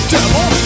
Devil